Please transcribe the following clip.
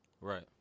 right